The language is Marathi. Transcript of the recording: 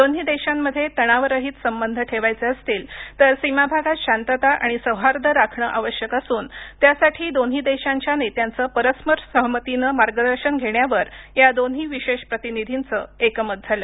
दोन्ही देशांमध्ये तणावरहित संबंध ठेवायचे असतील तर सीमा भागात शांतता आणि सौहार्द राखणं आवश्यक असून त्यासाठी दोन्ही देशांच्या नेत्यांचं परस्पर सहमतीनं मार्गदर्शन घेण्यावर या दोन्ही विशेष प्रतिनिधींचं एकमत झालं